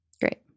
Great